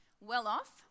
well-off